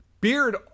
Beard